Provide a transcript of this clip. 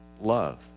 love